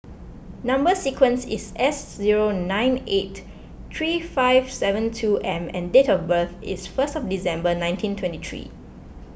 Number Sequence is S zero nine eight three five seven two M and date of birth is first of December nineteen twenty three